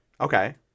Okay